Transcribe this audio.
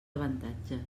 avantatges